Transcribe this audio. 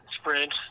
Sprint